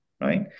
right